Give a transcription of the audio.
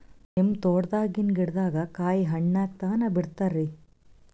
ನಿಮ್ಮ ತೋಟದಾಗಿನ್ ಗಿಡದಾಗ ಕಾಯಿ ಹಣ್ಣಾಗ ತನಾ ಬಿಡತೀರ?